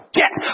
get